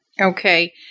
Okay